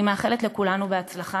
אני מאחלת לכולנו הצלחה.